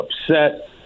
upset